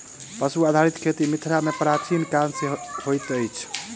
पशु आधारित खेती मिथिला मे प्राचीन काल सॅ होइत अछि